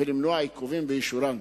ולמנוע עיכובים באישורן.